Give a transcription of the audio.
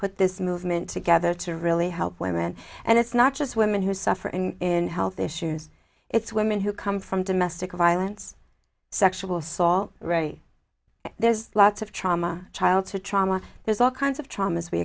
put this movement together to really help women and it's not just women who suffer and in health issues it's women who come from domestic violence sexual saw right there is lots of trauma childhood trauma there's all kinds of traumas we